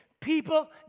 people